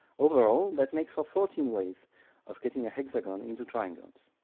overall that makes for fourteen ways of cutting a hexagon into triangles.